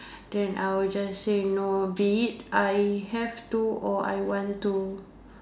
then I will just say no be it I have to or I want to